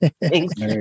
Thanks